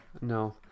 No